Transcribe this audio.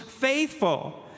faithful